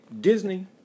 Disney